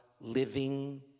living